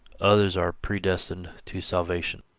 others are predestined to salvation.